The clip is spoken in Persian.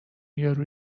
یارو